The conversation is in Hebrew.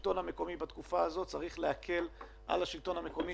בתקופה הזאת צריך להקל על השלטון המקומי,